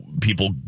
people